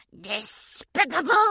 Despicable